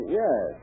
yes